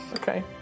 Okay